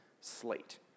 slate